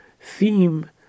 theme